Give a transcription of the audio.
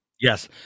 Yes